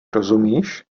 rozumíš